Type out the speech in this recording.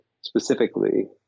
specifically